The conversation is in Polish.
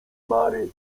mary